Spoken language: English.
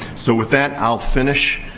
so, with that, i'll finish.